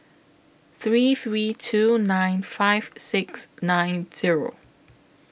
three three two nine five six nine Zero